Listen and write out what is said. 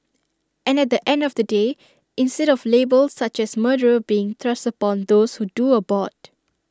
and at the end of the day instead of labels such as murderer being thrust upon those who do abort